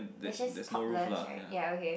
that's just topless right